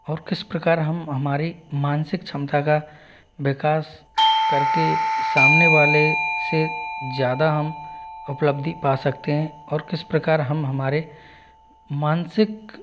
और किस प्रकार हम हमारी मानसिक क्षमता का विकास करके सामने वाले से ज़्यादा हम उपलब्धि पा सकते हैं और किस प्रकार हम हमारे मानसिक